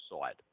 side